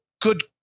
good